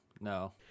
no